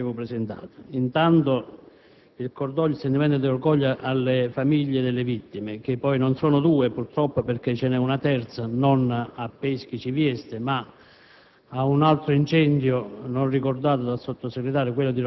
per qualche chiarimento in merito all'interrogazione che avevo presentato. In primo luogo, esprimo il sentimento di cordoglio alle famiglie delle vittime, che poi non sono due, purtroppo, perché ce n'é una terza, non a Peschici o Vieste, ma